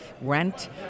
rent